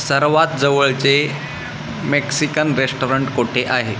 सर्वात जवळचे Mexican restaurant कोठे आहे